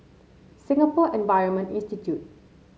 Singapore Environment Institute